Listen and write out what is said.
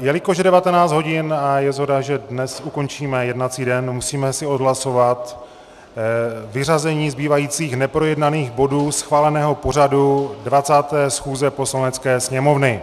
Jelikož je 19 hodin a je shoda, že dnes ukončíme jednací den, musíme si odhlasovat vyřazení zbývajících neprojednaných bodů schváleného pořadu 20. schůze Poslanecké sněmovny.